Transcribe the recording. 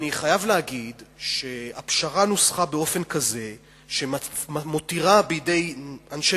אני חייב להגיד שהפשרה נוסחה באופן כזה שמותירה בידי אנשי